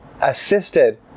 assisted